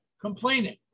complaining